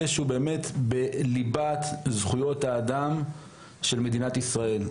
שהוא באמת בליבת זכויות האדם של מדינת ישראל.